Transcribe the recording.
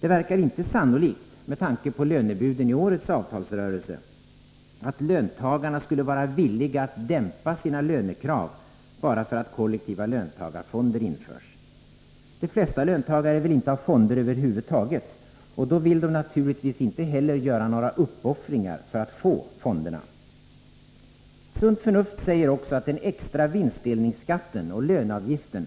Det verkar inte sannolikt — t.ex. med tanke på lönebuden i årets avtalsrörelse — att löntagarna skulle vara villiga att dämpa sina lönekrav bara för att kollektiva löntagarfonder införs. De flesta löntagare vill inte ha fonder över huvud taget, och då vill de naturligtvis inte heller göra uppoffringar för att få fonderna. Sunt förnuft säger också att den extra vinstdelningsskatten och löneavgiften